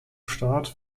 staat